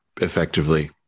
effectively